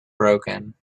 broken